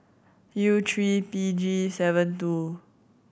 U three P G seven two